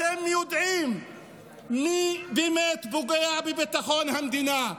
אתם יודעים מי באמת פוגע בביטחון המדינה,